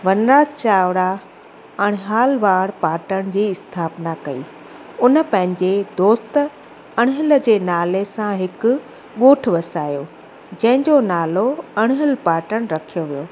वनराज चावड़ा अड़हालवाल पाटण जी स्थापना कई उन पंहिंजे दोस्त अड़हल जे नाले सां हिकु ॻोठु वसायो जंहिं जो नालो अड़हल पाटण